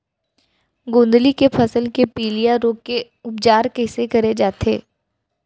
गोंदली के फसल के पिलिया रोग के उपचार कइसे करे जाये?